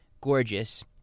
gorgeous